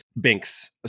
Binks